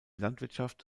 landwirtschaft